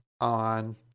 on